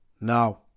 Now